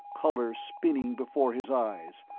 colors spinning before his eyes,